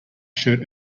shirt